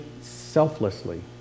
selflessly